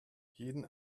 jeden